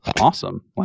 Awesome